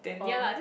oh